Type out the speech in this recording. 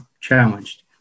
challenged